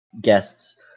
guests